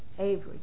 Avery